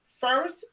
first